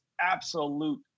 absolute